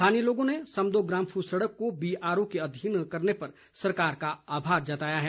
स्थानीय लोगों ने समदो ग्राम्फू सड़क को बीआरओ के अधीन करने पर सरकार का आभार जताया है